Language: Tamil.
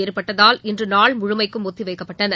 ஏற்பட்டதால் இன்று நாள் முழுமைக்கும் ஒத்தி வைக்கப்பட்டன